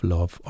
Love